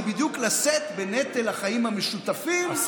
זה בדיוק לשאת בנטל החיים המשותפים למען אחדות העם.